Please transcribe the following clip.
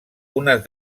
unes